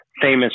famous